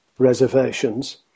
reservations